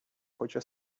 хоче